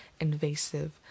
invasive